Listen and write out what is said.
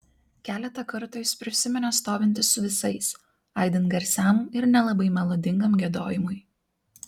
keletą kartų jis prisiminė stovintis su visais aidint garsiam ir nelabai melodingam giedojimui